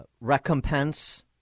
recompense